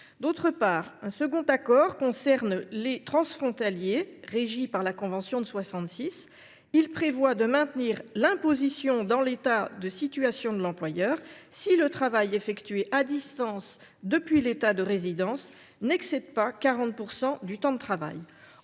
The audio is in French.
juin 2023. Un second accord concerne les transfrontaliers régis par la convention de 1966 et prévoit de maintenir l’imposition dans l’État de situation de l’employeur si le travail effectué à distance depuis l’État de résidence n’excède pas 40 % du temps de travail,